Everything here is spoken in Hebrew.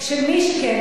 כן.